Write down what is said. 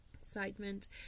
excitement